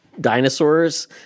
dinosaurs